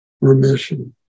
remission